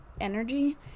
energy